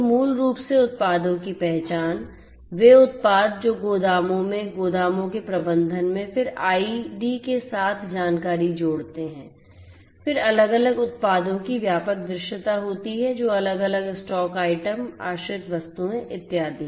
तो मूल रूप से उत्पादों की पहचान वे उत्पाद जो गोदामों में गोदामों के प्रबंधन में फिर आईडी के साथ जानकारी जोड़ते हैं फिर अलग अलग उत्पादों की व्यापक दृश्यता होती है जो अलग अलग स्टॉक आइटम आश्रित वस्तुएं इत्यादि